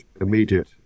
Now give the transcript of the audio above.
immediate